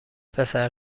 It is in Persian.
پسر